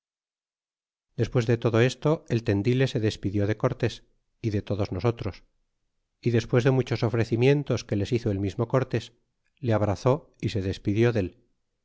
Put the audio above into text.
despues de todo esto el tendile se despidió de cortés y de todos nosotros y despues de muchos ofrecimientos que les hizo el mismo cortés le abrazó y se despidió dé